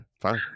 fine